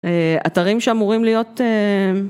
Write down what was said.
אתרים שאמורים להיות.